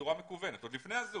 בצורה מקוונת, עוד לפני ה-זום.